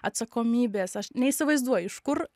atsakomybės aš neįsivaizduoju iš kur